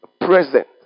present